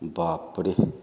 ବାପରେ